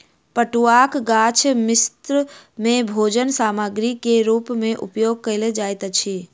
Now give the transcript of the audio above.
पटुआक गाछ मिस्र में भोजन सामग्री के रूप में उपयोग कयल जाइत छल